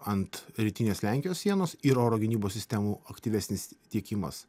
ant rytinės lenkijos sienos ir oro gynybos sistemų aktyvesnis tiekimas